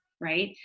right